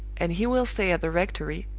and he will stay at the rectory,